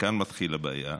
וכאן מתחילה הבעיה,